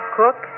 cook